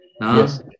Yes